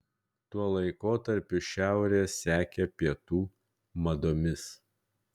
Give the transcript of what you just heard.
tuo laikotarpiu šiaurė sekė pietų madomis